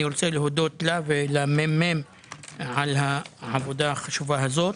אני מודה לה ולממ"מ על העבודה החשובה הזו.